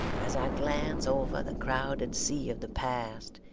as i glance over the crowded sea of the past,